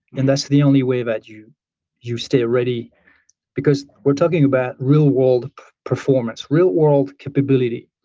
and that's the only way that you you stay ready because we're talking about real world performance, real world capability.